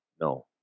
no